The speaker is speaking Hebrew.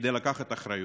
כדי לקחת אחריות?